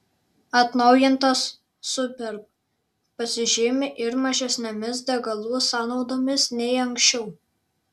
atnaujintas superb pasižymi ir mažesnėmis degalų sąnaudomis nei anksčiau